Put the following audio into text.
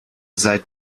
seit